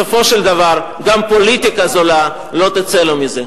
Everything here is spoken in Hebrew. בסופו של דבר גם פוליטיקה זולה לא תצא לו מזה.